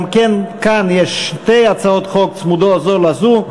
גם כאן יש שתי הצעות חוק צמודות זו לזו.